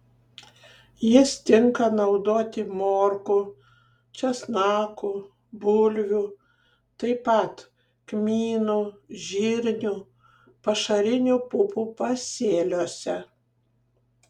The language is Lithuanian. jis tinka naudoti morkų česnakų bulvių taip pat kmynų žirnių pašarinių pupų pasėliuose